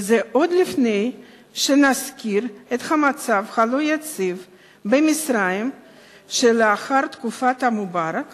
וזה עוד לפני שנזכיר את המצב הלא-יציב במצרים שלאחר תקופת מובארק